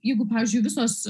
jeigu pavyzdžiui visos